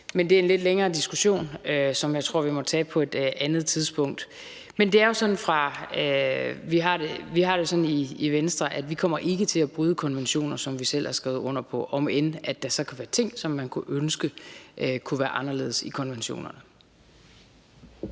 men det er en lidt længere diskussion, som jeg tror vi må tage på et andet tidspunkt. Vi har det sådan i Venstre, at vi ikke kommer til at bryde konventioner, som vi selv har skrevet under på, om end der kan være ting, som man kunne ønske kunne være anderledes i konventionerne.